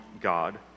God